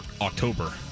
October